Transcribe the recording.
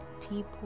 people